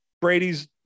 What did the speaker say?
Brady's